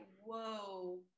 whoa